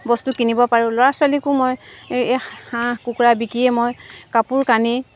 বস্তু কিনিব পাৰোঁ ল'ৰা ছোৱালীকো মই হাঁহ কুকুৰা বিকিয়ে মই কাপোৰ কানি